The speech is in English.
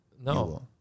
No